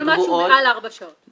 כל מה שהוא מעל ארבע שעות.